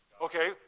okay